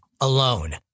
alone